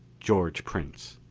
george prince.